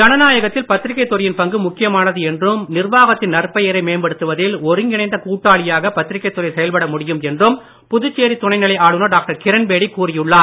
ஜனநாயகத்தில் பத்திரிக்கை துறையின் பங்கு முக்கியமானது என்றும் நிர்வாகத்தின் நற்பெயரை மேம்படுத்துவதில் ஒருங்கிணைந்த கூட்டாளியாக பத்திரிக்கை துறை செயல்பட முடியும் என்றும் புதுச்சேரி துணைநிலை ஆளுநர் டாக்டர் கிரண்பேடி கூறியுள்ளார்